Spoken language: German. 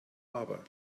aber